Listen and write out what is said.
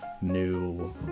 new